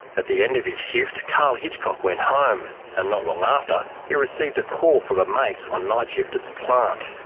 at the end of his shift karl hitchcock went home and not long after, he received a call from a mate on nightshift at the plant.